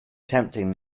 tempting